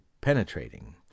penetrating